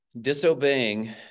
disobeying